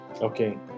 Okay